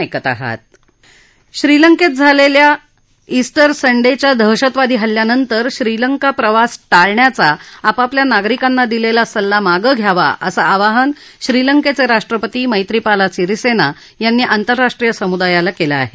ा उंटर संडेला श्रीलंकेत झालेल्या दहशतवादी हल्ल्यानंतर श्रीलंका प्रवास टाळण्याचा आपापल्या नागरिकांना दिलेला सल्ला मागं घ्यावा असं आवाहन श्रीलंकेचे राष्ट्रपती मैत्रीपाला सिरिसेना यांनी आंतर्राष्ट्रीय समुदायाला केलं आहे